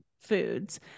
foods